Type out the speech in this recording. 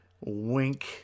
Wink